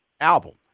album